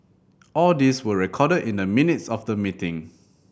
all these were recorded in the minutes of the meeting